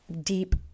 deep